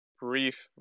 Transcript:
brief